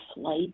flight